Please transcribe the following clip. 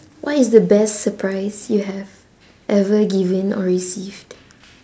what is the best surprise you have ever given or received